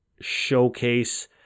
showcase